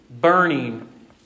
burning